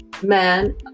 man